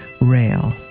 rail